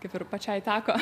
kaip ir pačiai teko